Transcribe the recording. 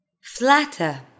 flatter